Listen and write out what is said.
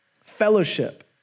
fellowship